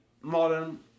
modern